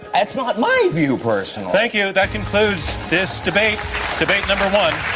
that's not my view personally. thank you. that concludes this debate debate number one